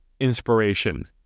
inspiration